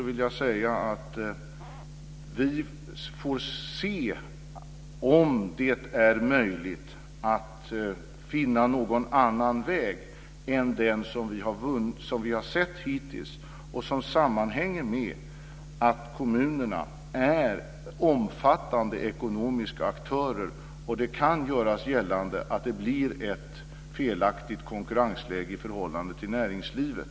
Vi får se om det är möjligt att finna någon annan väg än den som vi har sett hittills. Den hänger samman med att kommunerna är omfattande ekonomiska aktörer. Det kan göras gällande att det blir ett felaktigt konkurrensläge i förhållande till näringslivet.